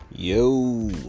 Yo